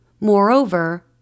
Moreover